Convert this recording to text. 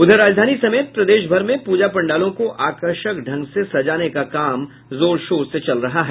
उधर राजधानी समेत प्रदेशभर में पूजा पंडालों को आकर्षक ढंग से सजाने का काम जोर शोर से चल रहा है